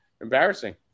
Embarrassing